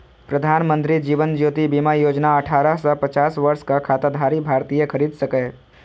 प्रधानमंत्री जीवन ज्योति बीमा योजना अठारह सं पचास वर्षक खाताधारी भारतीय खरीद सकैए